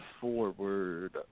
forward